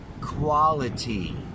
quality